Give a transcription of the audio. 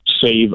save